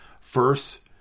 First